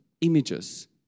images